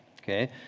Okay